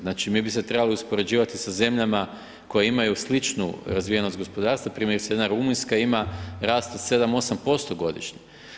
Znači mi bi se trebali uspoređivati sa zemljama koje imaju sličnu razvijenost gospodarstva, primjerice jedna Rumunjska ima rast od 7, 8% godišnje.